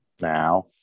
Now